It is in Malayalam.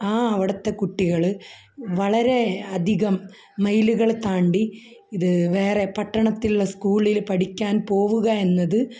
ആ അവിടത്തെ കുട്ടികൾ വളരെ അധികം മയിലുകൾ താണ്ടി ഇത് വേറെ പട്ടണത്തിലുള്ള സ്കൂളുകളിൽ പഠിക്കാൻ പോകുക എന്നത്